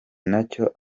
nacyo